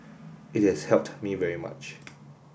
it has helped me very much